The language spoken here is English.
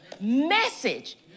message